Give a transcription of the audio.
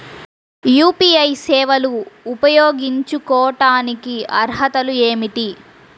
UPI సేవలు ఉపయోగించుకోటానికి అర్హతలు ఏమిటీ?